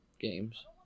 games